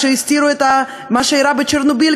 כשהסתירו את מה שאירע בצ'רנוביל,